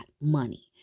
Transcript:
money